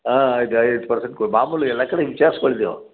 ಆಂ ಐದು ಐದು ಪರ್ಸೆಂಟ್ ಕೋ ಮಾಮೂಲಿ ಎಲ್ಲ ಕಡೆ ವಿಚಾರ್ಸ್ಕೊಳ್ಳಿ ನೀವು